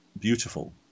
beautiful